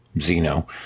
Zeno